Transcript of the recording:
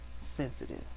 sensitive